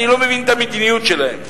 אני לא מבין את המדיניות שלהם.